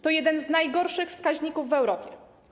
To jeden z najgorszych wskaźników w Europie.